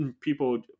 people